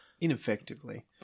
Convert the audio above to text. Ineffectively